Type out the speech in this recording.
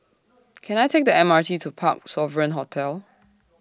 Can I Take The M R T to Parc Sovereign Hotel